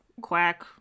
Quack